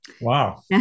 Wow